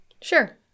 sure